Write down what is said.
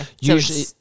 Usually